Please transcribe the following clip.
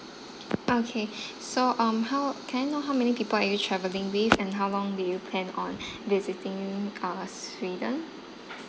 okay so um how can I know how many people are you travelling with and how long do you plan on visiting uh sweden